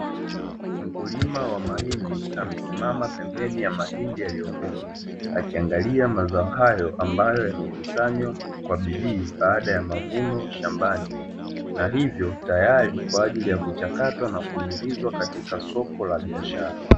Mkulima wa mahindi amesimama pembeni ya mahindi yaliyovunwa, akiangalia mazao hayo ambayo yamekusanywa kwa bidii, baada ya mavuno shambani, na hivyo tayari kwa ajili ya kuchakatwa na kuingizwa katika soko la biashara.